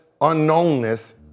unknownness